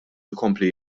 jkompli